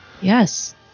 Yes